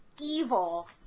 evil